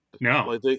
No